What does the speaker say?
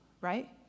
right